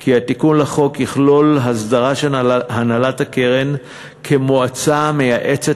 כי התיקון לחוק יכלול הסדרה של הנהלת הקרן כמועצה מייעצת